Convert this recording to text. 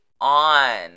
on